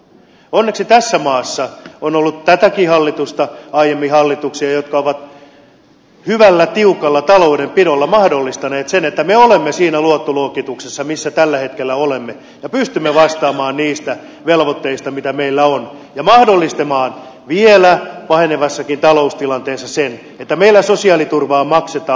onneksi tässä maassa on ollut tätäkin hallitusta aiemmin hallituksia jotka ovat hyvällä tiukalla taloudenpidolla mahdollistaneet sen että me olemme siinä luottoluokituksessa missä tällä hetkellä olemme ja pystymme vastaamaan niistä velvoitteista joita meillä on ja mahdollistamaan vielä pahenevassakin taloustilanteessa sen että meillä sosiaaliturvaa maksetaan